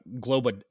global